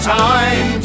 time